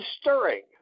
stirring